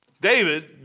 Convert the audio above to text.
David